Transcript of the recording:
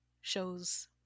shows